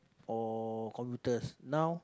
or computers now